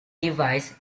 device